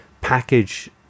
package